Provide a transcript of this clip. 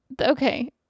Okay